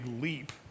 leap